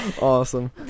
Awesome